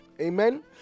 amen